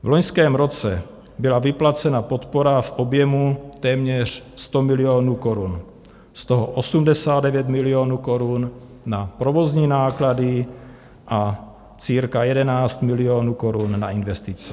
V loňském roce byla vyplacena podpora v objemu téměř 100 milionů korun, z toho 89 milionů korun na provozní náklady a cirka 11 milionů korun na investice.